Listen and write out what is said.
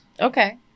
okay